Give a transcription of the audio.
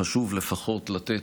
חשוב לפחות לתת,